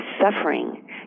suffering